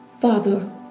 Father